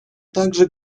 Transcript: также